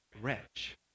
wretch